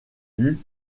dues